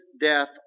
death